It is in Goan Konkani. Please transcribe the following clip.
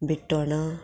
बिट्टोणा